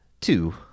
two